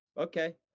Okay